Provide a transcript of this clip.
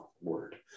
word